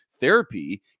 therapy